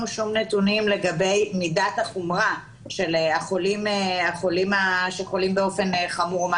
כל נתונים לגבי מידת החומרה של החולים שחולים באופן חמור.